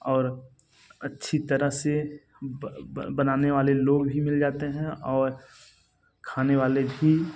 और अच्छी तरह से बनाने वाले लोग भी मिल जाते हैं और खाने वाले भी